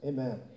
Amen